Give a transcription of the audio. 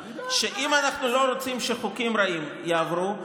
שאם אנחנו לא רוצים שחוקים רעים יעברו,